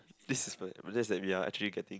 this is like that's when we are actually getting